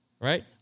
right